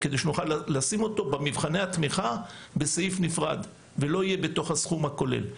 כדי שנוכל לשים אותו במבחני התמיכה בסעיף נפרד ולא בתוך הסכום הכולל.